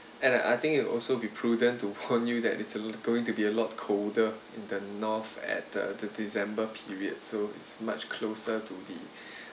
and I think it also be prudent to prompt you that it's going to be a lot colder in the north at the the december period so it's much closer to the